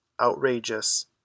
Outrageous